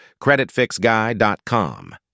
CreditFixGuy.com